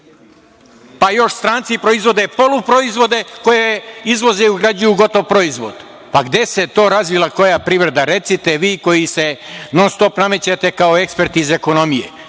Još stranci proizvode poluproizvode koje izvoze i ugrađuju u gotov proizvod. Pa gde se to razvija koja privreda, recite vi koji se non-stop namećete kao ekspert iz ekonomije.